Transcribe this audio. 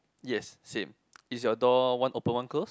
yes same is your door one open one close